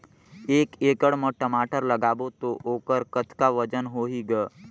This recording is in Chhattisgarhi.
एक एकड़ म टमाटर लगाबो तो ओकर कतका वजन होही ग?